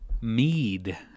Mead